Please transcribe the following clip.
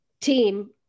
team